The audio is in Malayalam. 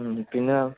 പിന്നെ